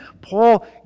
Paul